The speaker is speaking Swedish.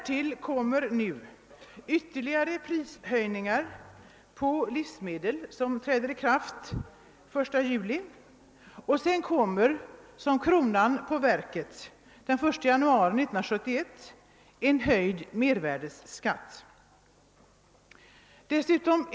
Till detta kommer nu de prishöjningar på livsmedel som träder i kraft den 1 juli, och sedan kommer som kronan på verket den höjda mervärdeskatten den 1 januari 1971.